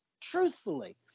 truthfully